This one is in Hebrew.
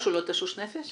הוא תשוש ולא תשוש נפש?